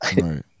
Right